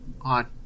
on